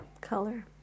color